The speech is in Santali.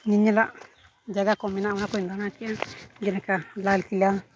ᱧᱮᱧᱮᱞᱟᱜ ᱡᱟᱭᱜᱟ ᱠᱚ ᱢᱮᱱᱟᱜᱼᱟ ᱚᱱᱟᱠᱚᱧ ᱫᱟᱬᱟ ᱠᱮᱜᱼᱟ ᱡᱮᱞᱮᱠᱟ ᱞᱟᱞ ᱠᱮᱞᱞᱟ